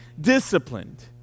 disciplined